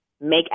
Make